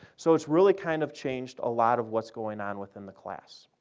so it's really kind of changed a lot of what's going on within the class.